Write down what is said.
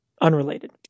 Unrelated